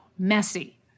messy